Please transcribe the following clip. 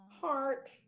Heart